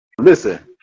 listen